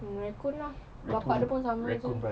mm raccoon lah bapa dia pun sama jer